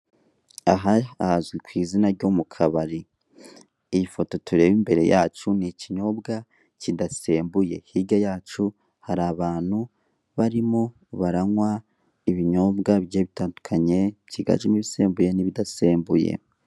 Aha hazwi ku izina ryo mu kabari, iyi foto turebe imbere yacu ni ikinyobwa kidasembuye, hirya yacu hari abantu barimo baranywa ibinyobwa bigiye bitandukanye byiganjemo ibisembuye n'ibidasembuye.